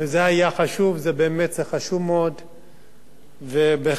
זה חשוב מאוד ובהחלט צריך להיות.